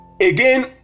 Again